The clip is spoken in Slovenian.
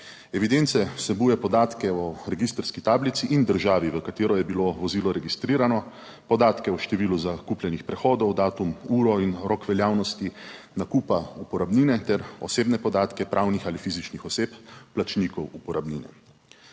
Evidence vsebuje podatke o registrski tablici in državi, v katero je bilo vozilo registrirano, podatke o številu zakupljenih prehodov, datum, uro in rok veljavnosti nakupa uporabnine ter osebne podatke pravnih ali fizičnih oseb, plačnikov uporabnine.